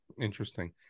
Interesting